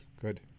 Good